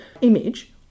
image